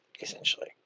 essentially